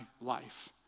life